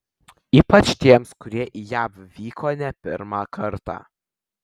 ypač tiems kurie į jav vyko ne pirmą kartą